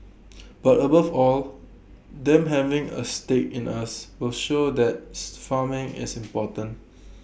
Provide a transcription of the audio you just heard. but above all them having A stake in us will show that's farming is important